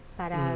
para